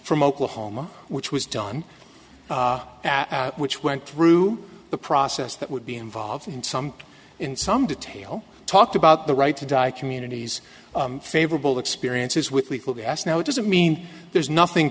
from oklahoma which was done which went through the process that would be involved in some in some detail talked about the right to die communities favorable experiences with lethal gas now it doesn't mean there's nothing